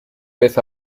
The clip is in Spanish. vez